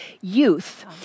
youth